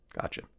Gotcha